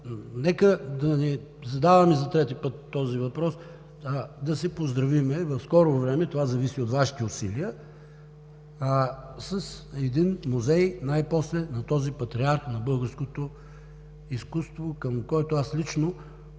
Нека да не задавам за трети път този въпрос, а да се поздравим в скоро време. Това зависи от Вашите усилия, най-после с един музей на този патриарх на българското изкуство, към който аз лично,